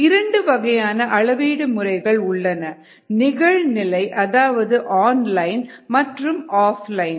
இரண்டு வகையான அளவீடு முறைகள் உள்ளன நிகழ்நிலை அதாவது ஆன்லைன் மற்றும் ஆஃப்லைன்